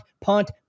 punt